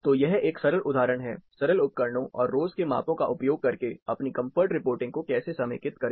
तो यह एक सरल उदाहरण है सरल उपकरणों और रोज के मापों का उपयोग करके अपनी कंफर्ट रिपोर्टिंग को कैसे समेकित करें